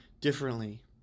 differently